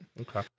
Okay